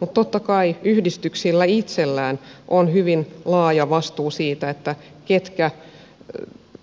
mutta totta kai yhdistyksillä itsellään on hyvin laaja vastuu siitä ketkä